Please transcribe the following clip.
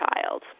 child